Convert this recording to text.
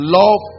love